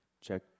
check